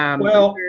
um well,